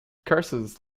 curses